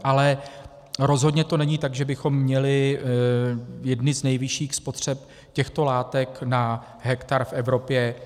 Ale rozhodně to není tak, že bychom měli jednu z nejvyšších spotřeb těchto látek na hektar v Evropě.